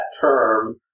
term